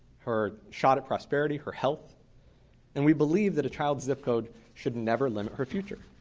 her shot at prosperity, her health and we believe that a child's zip code should never limit her future.